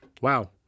wow